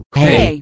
hey